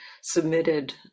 submitted